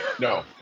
No